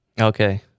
Okay